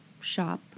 shop